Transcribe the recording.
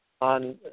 on